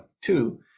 two